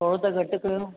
थोरो त घटि कयो